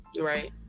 Right